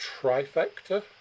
trifecta